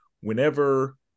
whenever